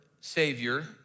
savior